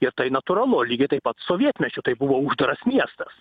ir tai natūralu lygiai taip pat sovietmečiu tai buvo uždaras miestas